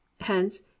hence